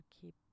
keep